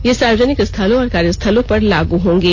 ये सार्वजनिक स्थलों और कार्यस्थलों पर लागू होंगे